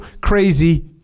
crazy